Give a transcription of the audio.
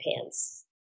pants